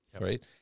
right